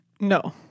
No